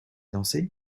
danser